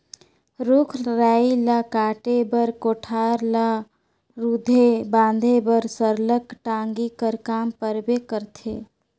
रूख राई ल काटे बर, कोठार ल रूधे बांधे बर सरलग टागी कर काम परबे करथे